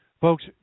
Folks